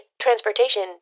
transportation